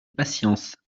patience